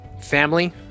family